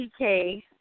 TK